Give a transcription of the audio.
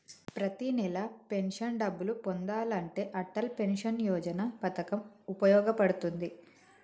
ప్రతి నెలా పెన్షన్ డబ్బులు పొందాలంటే అటల్ పెన్షన్ యోజన పథకం వుపయోగ పడుతుంది